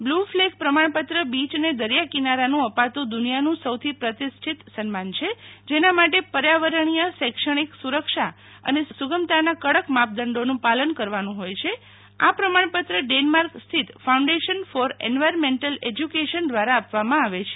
બ્લ્ flag પ્રમાણપત્ર બીચને દરિયા કિનારાનું અપાતું દુનિયાનું સૌથી પ્રતિષ્ઠીત સન્માન છે જેના માટે પર્યાવરણીય શૈક્ષણિક સુરક્ષા અને સુગમાના કડક માપદંડોનું પાલન કરવાનું હોય છે આ પ્રમાણપત્ર ડેનમાર્ક સ્થિત ફાઉન્ડેશન ફોર એન્વાયરમેન્ટલ એજયુકેશન ધ્વારા આપવામાં આવે છે